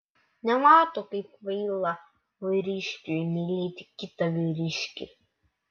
nemato kaip kvaila vyriškiui mylėti kitą vyriškį